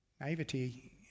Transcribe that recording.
Naivety